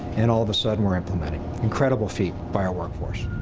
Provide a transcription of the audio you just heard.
and all of a sudden we're implementing. incredible feat by our workforce.